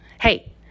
hey